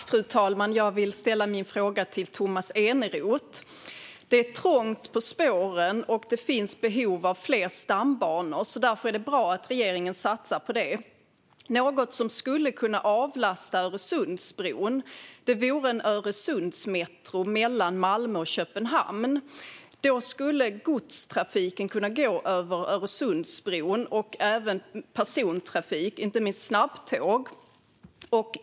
Fru talman! Jag vill ställa min fråga till Tomas Eneroth. Det är trångt på spåren, och det finns behov av fler stambanor. Därför är det bra att regeringen satsar på det. Något som skulle kunna avlasta Öresundsbron är en Öresundsmetro mellan Malmö och Köpenhamn. Då skulle godstrafik kunna gå över Öresundsbron och även persontrafik, inte minst snabbtåg.